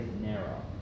narrow